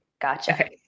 Gotcha